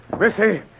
Missy